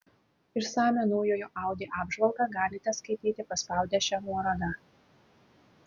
išsamią naujojo audi apžvalgą galite skaityti paspaudę šią nuorodą